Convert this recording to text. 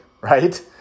right